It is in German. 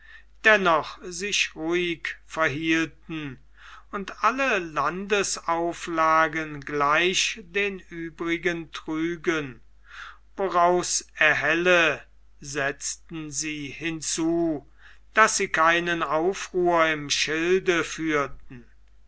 dennoch sich ruhig verhalten und alle landesauflagen gleich den uebrigen trügen woraus erhelle setzten sie hinzu daß sie keinen aufruhr im schilde